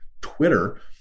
Twitter